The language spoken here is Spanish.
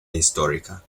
histórica